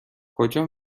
کجا